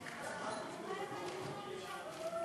ההצעה להעביר את הצעת חוק ייצוג הולם